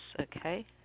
Okay